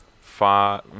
five